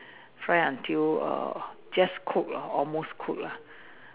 fry until err just cook lor almost cook lah